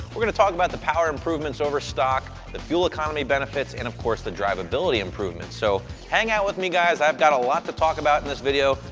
we're going to talk about the power improvements over stock, the fuel economy benefits, and, of course, the drivability improvements. so hang out with me, guys, i've got a lot to talk about in this video.